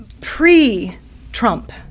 pre-Trump